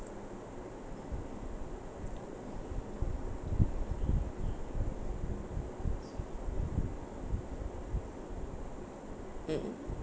mm